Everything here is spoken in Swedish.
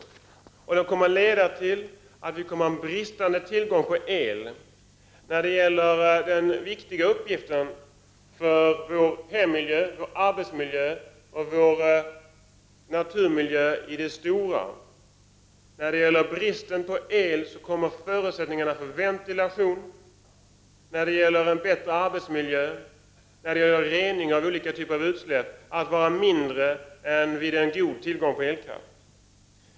Avvecklingen kommer dessutom att leda till en bristande tillgång på el att användas i vår hemmiljö, vår arbetsmiljö och vår naturmiljö i det stora. Bristen på el kommer att leda till att förutsättningarna för ventilation, förutsättningarna för att skapa en bättre arbetsmiljö och rena olika typer av utsläpp försämras i jämförelse med vad som skulle vara möjligt med en god tillgång på elkraft.